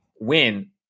win